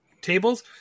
tables